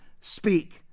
speak